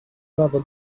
another